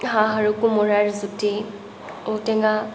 হাঁহ আৰু কোমোৰাৰ জুতি ঔ টেঙা